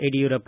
Yediyurappa